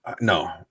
No